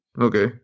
okay